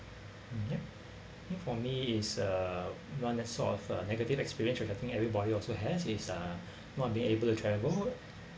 yup for me is uh one that sort of a negative experience which I think everybody also has it's uh not being able to travel